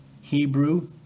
Hebrew